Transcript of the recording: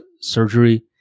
surgery